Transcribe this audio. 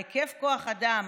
היקף כוח האדם,